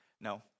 no